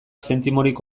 zentimorik